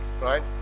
Right